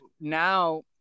now